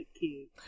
kids